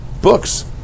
books